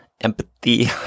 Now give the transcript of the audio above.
Empathy